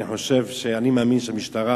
אני מאמין שהמשטרה